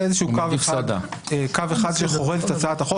יש קו אחד ש --- את הצעת החוק,